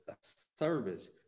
service